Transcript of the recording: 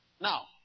Now